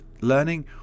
learning